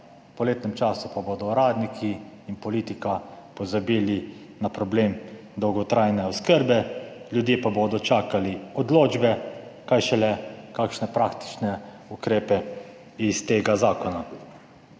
v poletnem času pa bodo uradniki in politika pozabili na problem dolgotrajne oskrbe,, ljudje pa bodo čakali odločbe, kaj šele kakšne praktične ukrepe iz tega zakona.